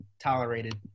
tolerated